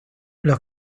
los